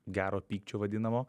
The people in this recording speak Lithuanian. gero pykčio vadinamo